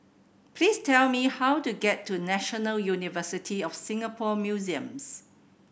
please tell me how to get to National University of Singapore Museums